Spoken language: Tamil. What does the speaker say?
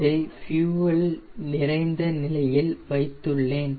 இதை ஃபியூயெல் நிறைந்த நிலையில் வைத்துள்ளேன்